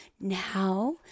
now